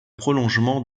prolongement